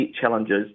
challenges